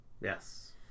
Yes